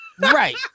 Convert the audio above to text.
Right